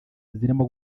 zirimo